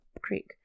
creek